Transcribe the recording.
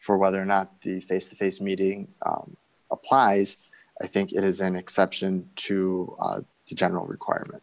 for whether or not these face to face meeting applies i think it is an exception to the general requirement